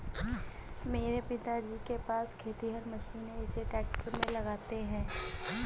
मेरे पिताजी के पास खेतिहर मशीन है इसे ट्रैक्टर में लगाते है